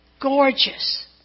gorgeous